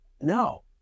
No